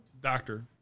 Doctor